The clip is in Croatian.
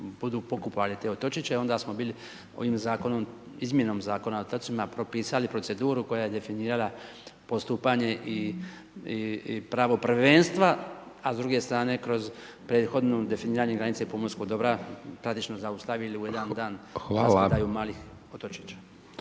budu pokupovali te otočiće onda smo bili ovim zakonom, izmjenom zakona o otocima propisali proceduru koja je definirala postupanje i pravo prvenstva, a s druge strane ne kroz prethodno definiranje granice pomorskog dobra praktički zaustavili u jedan dan rasprodaju malih otočića.